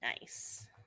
Nice